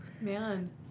Man